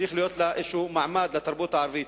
צריך להיות לה מעמד כלשהו לתרבות הערבית.